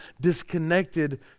disconnected